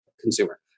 consumer